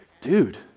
Dude